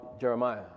Jeremiah